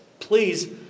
Please